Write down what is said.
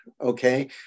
okay